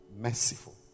Merciful